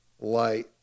light